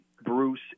Bruce